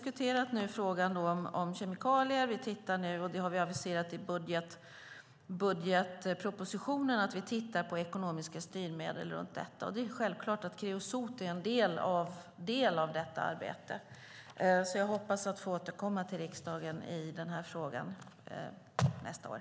Nu har vi diskuterat frågan om kemikalier och tittar på ekonomiska styrmedel för detta, vilket vi har aviserat i budgetpropositionen. Det är självklart att kreosot är en del av detta arbete. Jag hoppas få återkomma till riksdagen i den här frågan nästa år.